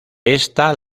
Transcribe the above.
ésta